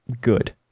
good